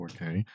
4K